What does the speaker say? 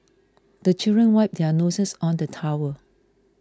the children wipe their noses on the towel